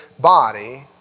body